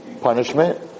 punishment